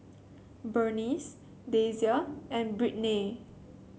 Bernice Dasia and Brittnay